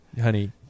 Honey